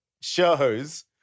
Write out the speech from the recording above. shows